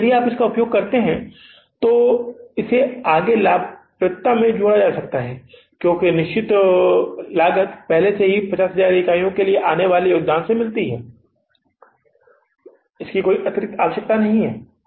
लेकिन यदि आप इसका उपयोग करते हैं तो इसे आगे लाभप्रदता में जोड़ा जा सकता है क्योंकि निश्चित व्यय पहले से ही 50000 इकाइयों से आने वाले योगदान से मिलते हैं कोई आवश्यकता नहीं है